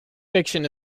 fiction